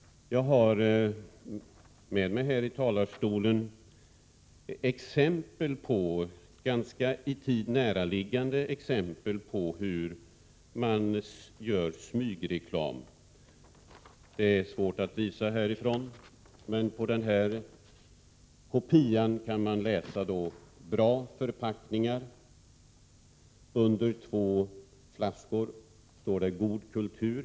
Jag har med mig i tiden näraliggande exempel på hur smygreklam görs. På den kopia jag har framför mig står: Bra förpackningar. Under två flaskor på kopian står: God kultur.